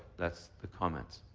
that's the comments.